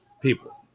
people